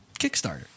Kickstarter